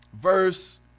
Verse